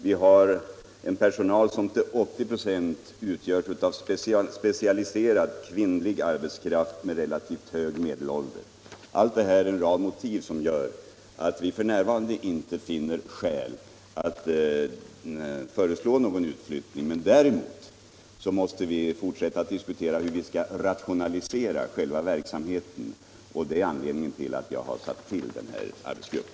Vi har där en personal som till 80 96 utgöres av specialiserad kvinnlig arbetskraft med relativt hög medelålder. Allt detta är en rad motiv som gör att vi f.n. inte finner skäl att föreslå någon utflyttning. Däremot måste vi fortsätta att diskutera hur vi skall kunna rationalisera själva verksamheten, och det är anledningen till att jag har tillsatt arbetsgruppen.